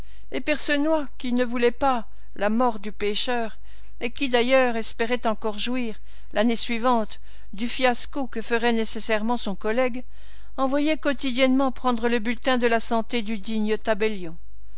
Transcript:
et percenoix qui ne voulait pas la mort du pécheur et qui d'ailleurs espérait encore jouir l'année suivante du fiasco que ferait nécessairement son collègue envoyait quotidiennement prendre le bulletin de la santé du digne tabellion